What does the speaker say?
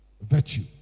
Virtue